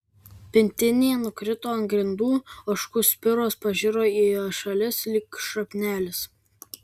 pintinė nukrito ant grindų ožkų spiros pažiro į šalis lyg šrapnelis